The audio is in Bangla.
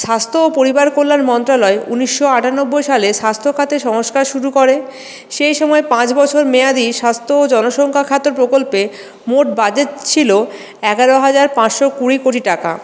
স্বাস্থ্য ও পরিবার কল্যাণ মন্ত্রালয় উনিশশো আটানব্বই সালে স্বাস্থ্য খাতে সংস্কার শুরু করে সেই সময় পাঁচ বছর মেয়াদি স্বাস্থ্য ও জনসংখ্যাখাত প্রকল্পে মোট বাজেট ছিল এগারো হাজার পাঁচশো কুড়ি কোটি টাকা